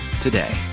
today